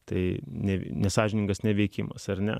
tai ne vien nesąžiningas neveikimas ar ne